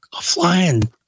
flying